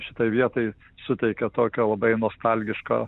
šitai vietai suteikia tokią labai nostalgišką